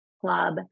club